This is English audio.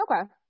okay